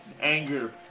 anger